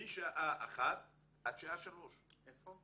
משעה 13:00 עד שעה 15:00. איפה?